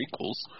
prequels